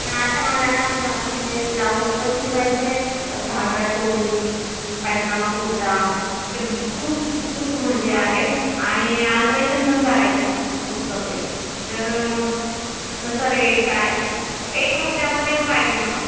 पण आता मला ना म्हणजे ब्लॉउज पण शिवायचे आहेत घागरा चोली पायजमा कुर्ता ते खूप खूप म्हणजे आहेत आणि अल्ट्रेशन पण करायचे आहेत खूप कपडे तर कसा रेट काय एक हप्त्यामध्ये पाहिजे मला